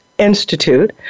Institute